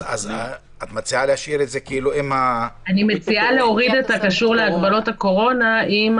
אני מציעה להוריד את הקשור להגבלות הקורונה או